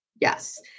Yes